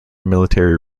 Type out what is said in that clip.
military